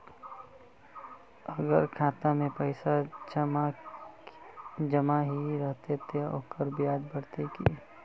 अगर खाता में पैसा जमा ही रहते ते ओकर ब्याज बढ़ते की?